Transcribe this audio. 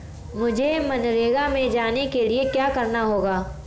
मुझे मनरेगा में जाने के लिए क्या करना होगा?